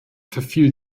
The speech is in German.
verfiel